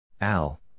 Al